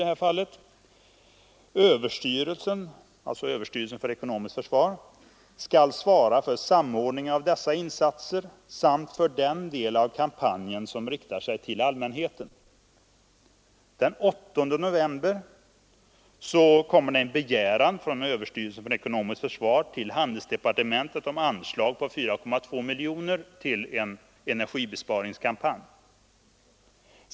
Där heter det: ”Överstyrelsen” — dvs. överstyrelsen för ekonomiskt försvar — ”skall svara för samordningen av dessa insatser, samt för den del av kampanjen som riktar sig till allmänheten.” Den 8 november kommer det en begäran från överstyrelsen för ekonomiskt försvar till handelsdepartementet om ett anslag på 4,2 miljoner till en energibesparingskampanj.